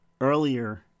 earlier